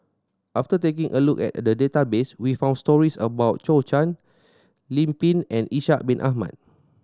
after taking a look at the database we found stories about Zhou Can Lim Pin and Ishak Bin Ahmad